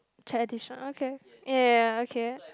tradition okay ya ya ya okay